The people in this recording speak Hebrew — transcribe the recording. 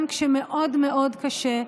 גם כשמאוד מאוד קשה,